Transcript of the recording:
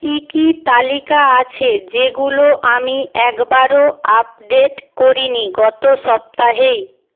কি কি তালিকা আছে যেগুলো আমি একবারও আপডেট করিনি গত সপ্তাহে